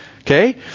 Okay